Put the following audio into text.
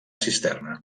cisterna